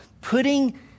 putting